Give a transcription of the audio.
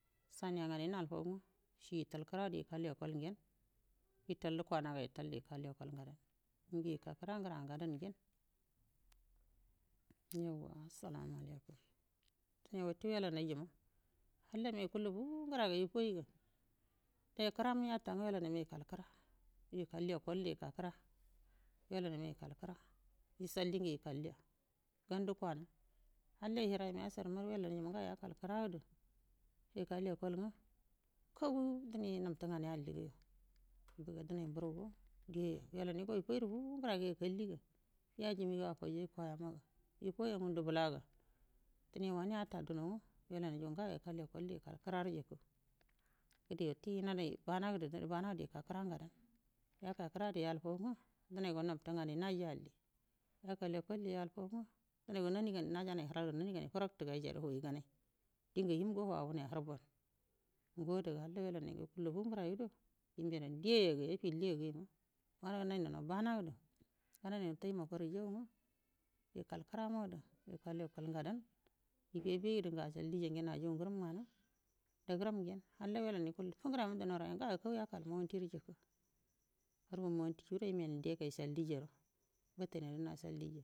Shanaingada yel founge yital kira gede yital lebol yen yital di kwanaga yital go gai lugu akwo kirangan go jan halla mego ecul fuwa ngrama yatama yukal kira yika lekol yu yikal kira yelladan yika kira dan dige yikalya dandi faim halla fange yital nga wellau nga yikal gede yikai lekal nge kau nafti nganai alliyon dinai burwan yellawa ge fuw ngran nge yikalliga yo kwayama co yamunde bilaga kini wanni ataino dange yen mego nge dai bana gudo yikai kira ngadan yaka kira geda ya fou nge denai gane nafte gan naji alliy aka lekolyen dinai gon naji nai farak dajumai faraktuga har ga yo ngo adega do gundandi diyago man yagenai bana ged lekol ngadan yijai jaiyegee ngani dagenu daga ecal diyyange.